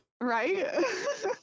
Right